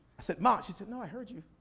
i said, ma! she said, no, i heard you.